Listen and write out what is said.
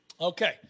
Okay